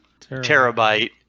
terabyte